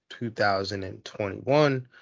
2021